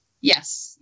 Yes